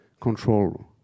control